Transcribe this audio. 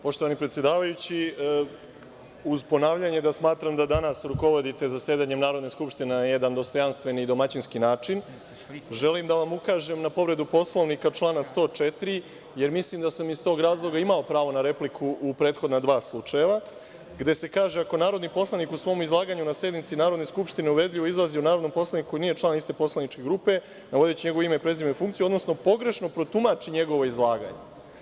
Poštovani predsedavajući, uz ponavljanje da smatram da danas rukovodite zasedanjem Narodne skupštine na jedan dostojanstven i domaćinski način, želim da vam ukažem na povredu Poslovnika člana 104, jer mislim da sam iz tog razloga ima pravo na repliku u prethodna dva slučaja, gde se kaže – ako se narodni poslanik u svom izlaganju na sednici Narodne skupštine uvredljivo izrazi o narodnom poslaniku koji nije član isti poslaničke grupe, navodeći njegovo ime, prezime, funkciju, odnosno pogrešno protumači njegovo izlaganje.